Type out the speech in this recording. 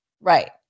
Right